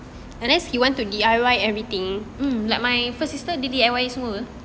mm